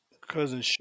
Cousin